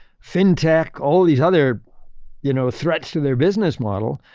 fintech, all of these other you know threats to their business model.